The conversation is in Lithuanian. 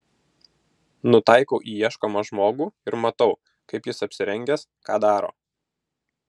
nutaikau į ieškomą žmogų ir matau kaip jis apsirengęs ką daro